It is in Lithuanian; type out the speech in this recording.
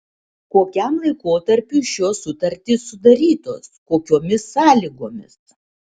kokiam laikotarpiui šios sutartys sudarytos kokiomis sąlygomis